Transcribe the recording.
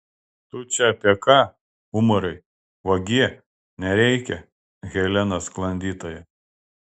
tu čia apie ką umarai vagie nereikia helena sklandytoja